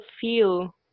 feel